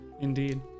Indeed